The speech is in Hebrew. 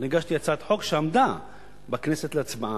אני הגשתי הצעת חוק שעמדה בכנסת להצבעה.